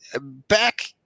back